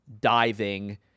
diving